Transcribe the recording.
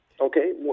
Okay